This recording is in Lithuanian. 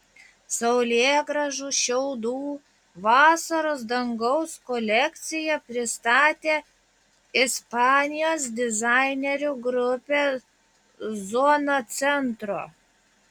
saulėgrąžų šiaudų vasaros dangaus kolekciją pristatė ispanijos dizainerių grupė zona centro